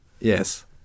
Yes